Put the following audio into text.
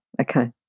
okay